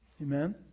Amen